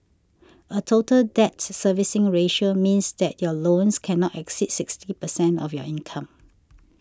a Total Debt Servicing Ratio means that your loans cannot exceed sixty percent of your income